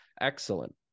excellent